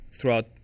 throughout